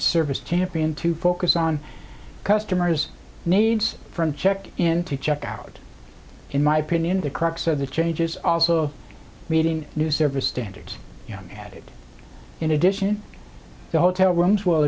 service champion to focus on customer's needs from check in to check out in my opinion the crux of the changes also meeting new service standards added in addition to hotel rooms will